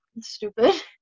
stupid